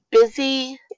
busy